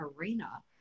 arena